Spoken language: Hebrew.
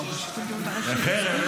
חרב?